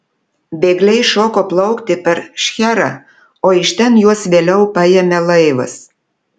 bėgliai šoko plaukti per šcherą o iš ten juos vėliau paėmė laivas